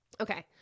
Okay